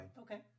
Okay